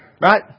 right